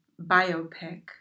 biopic